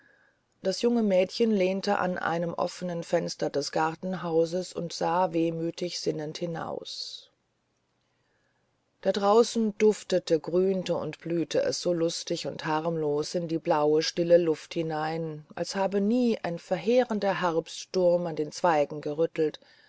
das junge mädchen lehnte an einem offenen fenster des gartenhauses und sah wehmütig sinnend hinaus da draußen duftete grünte und blühte es so lustig und harmlos in die blaue stille luft hinein als habe nie ein verheerender herbststurm an den zweigen gerüttelt